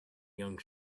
young